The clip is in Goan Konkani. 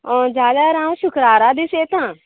होय जाल्यार हांव शुक्रारा दीस येता